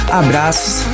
abraços